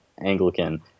Anglican